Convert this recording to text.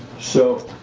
so,